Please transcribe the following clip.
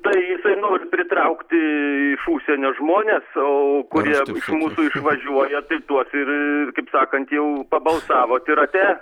tai jisai nori pritraukti iš užsienio žmones o kurie iš mūsų išvažiuoja tai tuos ir kaip sakant jau pabalsavot ir ate